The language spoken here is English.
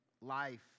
life